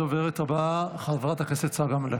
הדוברת הבאה, חברת הכנסת צגה מלקו.